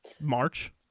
March